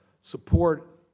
support